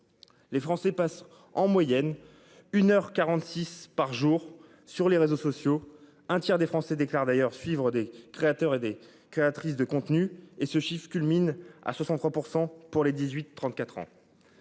Les Français passent en moyenne 1h46 par jour sur les réseaux sociaux, un tiers des Français déclare d'ailleurs suivre des créateurs et des créatrices de contenu et ce chiffre culmine à 63% pour les 18 34 ans.